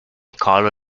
color